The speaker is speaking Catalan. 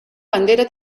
bandera